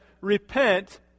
repent